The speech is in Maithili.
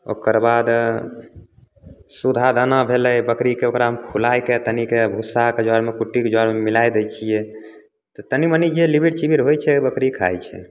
ओकर बाद सुधा दाना भेलै बकरीके ओकरामे फूलाइके तनिके भुसाके जरमे कुट्टीके जरमे मिलाइ दै छियै तऽ तनी मनी जे लिबिर छिबिर होइ छै बकरी खाइ छै